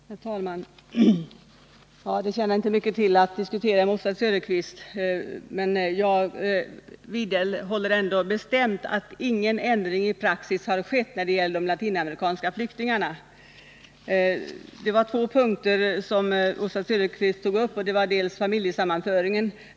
Herr talman! Det tjänar inte mycket till att diskutera med Oswald Söderqvist. Jag vidhåller bestämt att ingen ändring i praxis har skett när det gäller de latinamerikanska flyktingarna. Oswald Söderqvist tog upp två frågor. Den ena gällde familjesammanföringen.